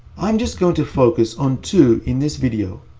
i'm just going to focus on two in this video.